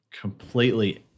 completely